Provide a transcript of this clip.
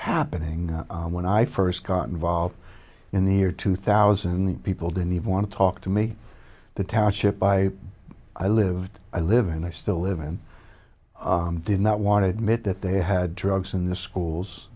happening when i first got involved in the year two thousand people didn't even want to talk to me the township by i live i live and i still live and i did not want to admit that they had drugs in the schools